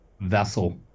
vessel